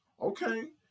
Okay